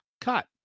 cut